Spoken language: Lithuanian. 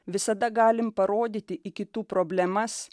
visada galim parodyti į kitų problemas